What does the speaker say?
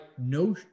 no